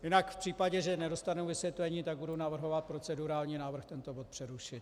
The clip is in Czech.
Jinak v případě, že nedostanu vysvětlení, tak budu navrhovat procedurální návrh tento bod přerušit.